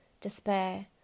despair